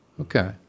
Okay